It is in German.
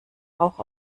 rauch